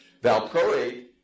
valproate